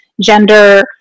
Gender